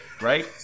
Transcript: right